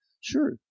Sure